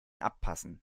abpassen